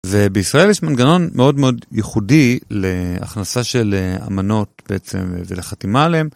ובישראל יש מנגנון מאוד מאוד ייחודי להכנסה של אמנות בעצם ולחתימה עליהן.